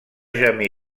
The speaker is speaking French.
jamais